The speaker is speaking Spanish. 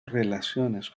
relaciones